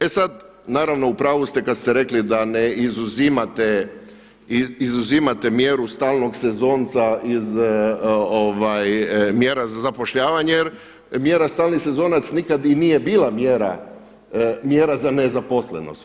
E sada, naravno u pravu ste kada ste rekli da ne izuzimate mjeru stalnog sezonca iz mjera za zapošljavanje jer mjera stalni sezonac nikada i nije bila mjera za nezaposlenost.